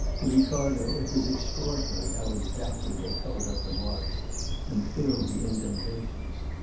to ricardo it was extraordinary how exactly they covered up the marks and filled the indentations.